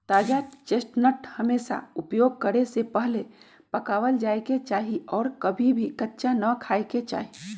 ताजा चेस्टनट हमेशा उपयोग करे से पहले पकावल जाये के चाहि और कभी भी कच्चा ना खाय के चाहि